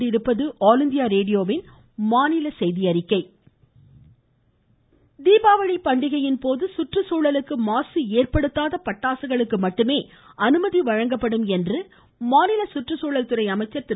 கருப்பணன் தீபாவளி பண்டிகையின்போது சுற்றுச்சூழலுக்கு மாசு ஏற்படுத்தாத பட்டாசுகளுக்கு மட்டுமே அனுமதி வழங்கப்படும் என்று மாநில சுற்றுச்சூழல் துறை அமைச்சர் திரு